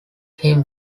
him